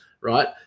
Right